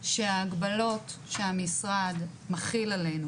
שההגבלות שהמשרד מחיל עלינו,